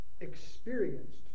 experienced